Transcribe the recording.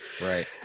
Right